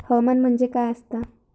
हवामान म्हणजे काय असता?